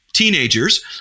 teenagers